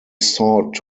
sought